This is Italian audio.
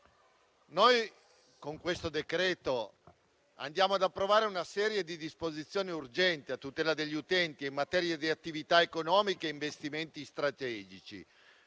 con questo decreto-legge ci accingiamo ad approvare una serie di disposizioni urgenti a tutela degli utenti e in materia di attività economiche e investimenti strategici,